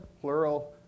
plural